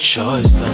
choice